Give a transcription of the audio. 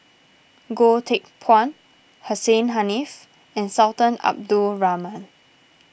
Goh Teck Phuan Hussein Haniff and Sultan Abdul Rahman